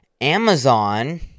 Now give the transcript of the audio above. Amazon